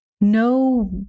no